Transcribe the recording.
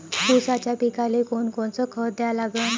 ऊसाच्या पिकाले कोनकोनचं खत द्या लागन?